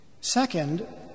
Second